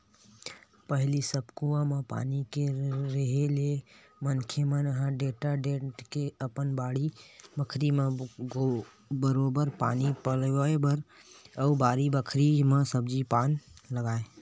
पहिली सब कुआं म पानी के रेहे ले मनखे मन ह टेंड़ा टेंड़ के अपन बाड़ी बखरी म बरोबर पानी पलोवय अउ बारी बखरी म सब्जी पान लगाय